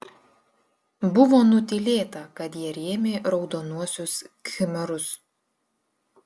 buvo nutylėta kad jie rėmė raudonuosius khmerus